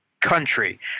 country